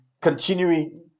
continuing